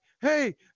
hey